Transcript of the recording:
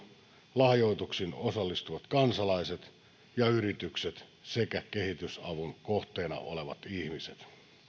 lahjoituksiin osallistuvat kansalaiset ja yritykset sekä kehitysavun kohteena olevat ihmiset